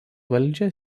valdžia